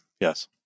yes